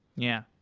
yeah.